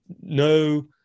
No